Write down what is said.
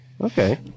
Okay